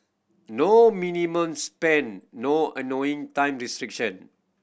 no minimum spend no annoying time restriction